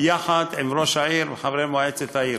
יחד עם ראש העיר וחברי מועצת העיר.